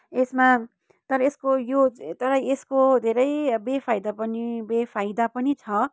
यसमा तर यसको यो तर यसको धेरै बेफाइदा पनि बेफाइदा पनि छ